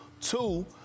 two